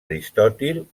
aristòtil